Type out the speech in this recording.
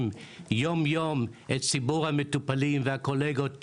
יום יום את ציבור המטופלים והקולגות שלהם,